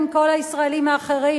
"פחות מחבלים".